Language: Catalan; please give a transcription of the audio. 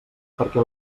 perquè